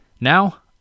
Now